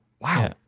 wow